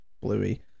Bluey